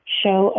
show